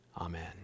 Amen